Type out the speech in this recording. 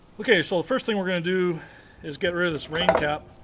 okay so the first thing we're going to do is get rid of this rain cap,